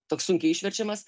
toks sunkiai išverčiamas